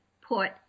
put